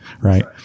right